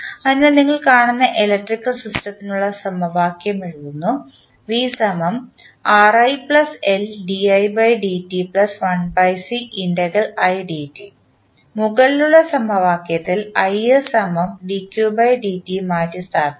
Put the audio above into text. അതിനാൽ നിങ്ങൾ കാണുന്ന ഇലക്ട്രിക്കൽ സിസ്റ്റതിനുള്ള സമവാക്യം എഴുതുന്നു മുകളിലുള്ള സമവാക്യത്തിൽ മാറ്റിസ്ഥാപിക്കാം